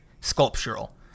sculptural